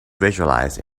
visualized